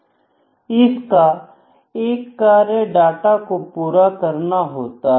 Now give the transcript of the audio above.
इसका एक कार्य डाटा को पूरा करना होता है